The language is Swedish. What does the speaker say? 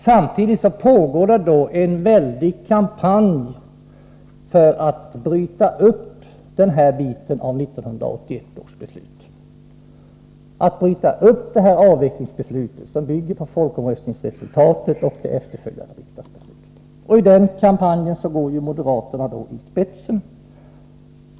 Samtidigt pågår en väldig kampanj för att bryta upp den här biten av 1981 års beslut, dvs. att upphäva avvecklingsbeslutet, som bygger på folkomröstningsresultatet och det efterföljande riksdagsbeslutet. I den kampanjen går moderaterna i spetsen.